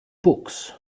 books